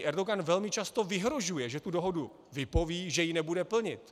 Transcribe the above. Erdogan velmi často vyhrožuje, že tu dohodu vypoví, že ji nebude plnit.